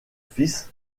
fils